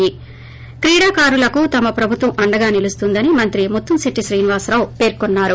ి క్రీడాకారులకు తమ ప్రభుత్వం అండగా నిలుస్తుందని మంత్రి ముత్తంశెట్టి శ్రీనివాసరావు పేర్కొన్నారు